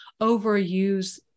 overuse